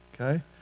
Okay